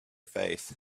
faith